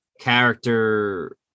character